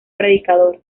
predicador